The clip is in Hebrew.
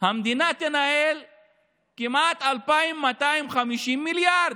המדינה תנהל כמעט 2,250 מיליארד.